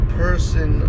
person